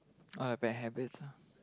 all the bad habits ah